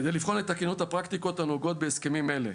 כדי לבחון את תקינות הפרקטיקות הנהוגות בהסכמים האלה,